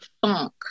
funk